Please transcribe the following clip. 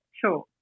sure